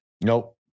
Nope